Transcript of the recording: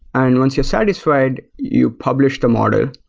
and once you're satisfied, you publish the model.